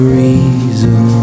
reason